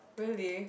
really